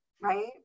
right